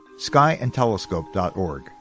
skyandtelescope.org